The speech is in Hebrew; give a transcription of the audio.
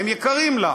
הם יקרים לה.